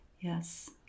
Yes